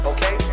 Okay